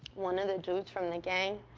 one of the dudes from the gang.